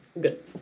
good